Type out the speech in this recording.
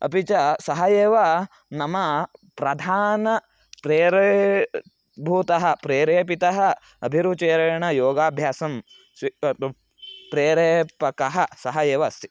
अपि च सः एव नम प्रधान प्रेरे भूतः प्रेरितः अभिरुचिरेण योगाभ्यासं स्वी अप् प्रेरकः सः एव अस्ति